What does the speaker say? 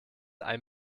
ein